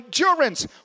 endurance